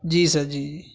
جی sir جی جی